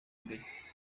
imbere